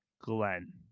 Glenn